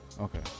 Okay